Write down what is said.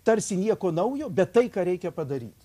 tarsi nieko naujo bet tai ką reikia padaryt